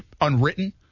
unwritten